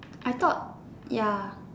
I thought ya